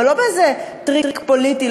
אבל לא באיזה טריק פוליטי,